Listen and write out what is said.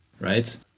right